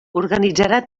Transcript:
organitzarà